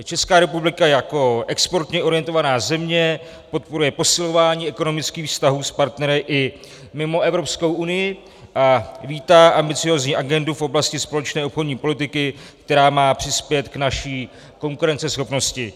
Česká republika jako exportně orientovaná země podporuje posilování ekonomických vztahů s partnery i mimo Evropskou unii a vítá ambiciózní agendu v oblasti společné obchodní politiky, která má přispět k naší konkurenceschopnosti.